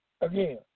again